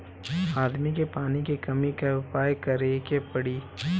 आदमी के पानी के कमी क उपाय करे के पड़ी